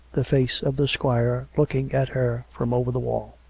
the face of the squire looking at her from over the wall.